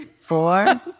Four